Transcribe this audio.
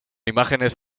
imágenes